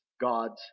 god's